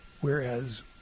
Whereas